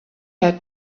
had